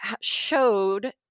showed